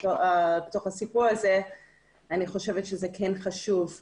בתוך הסיפור הזה אני חושבת שזה חשוב.